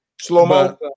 Slow-mo